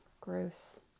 Gross